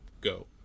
go